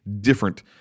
different